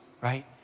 right